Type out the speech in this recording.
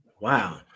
Wow